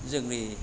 जोंनि